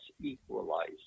equalize